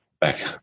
back